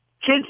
kids